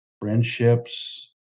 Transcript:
friendships